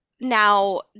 Now